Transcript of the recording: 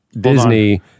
Disney